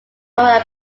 were